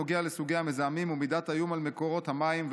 הנוגע לסוגי המזהמים ומידת האיום על מקורות המים,